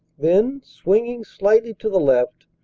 then, swinging slightly to the left,